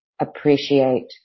appreciate